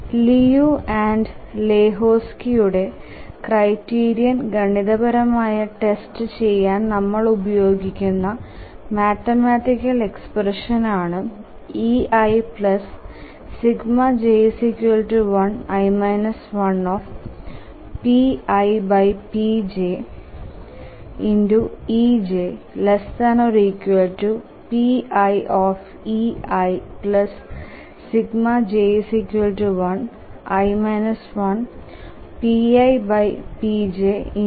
Liu and ലഹോക്സ്ക്യ് യുടെ criterion ഗണിതപരമായി ടെസ്റ്റ് ചെയാൻ നമ്മൾ ഉപയോഗിക്കുന്ന മാത്തമറ്റിക്കൽ എക്സ്പ്രഷ്ൻ ആണ് ei ∑j1 i 1 ⌈pipj ⌉∗ejpiei∑j1 i 1⌈pipj⌉∗ejpi